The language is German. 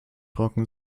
trocken